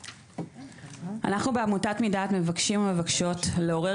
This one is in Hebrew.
אנחנו בעמותת מדעת מבקשים ומבקשות לעורר